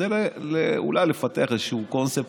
כדי אולי לפתח איזשהו קונספט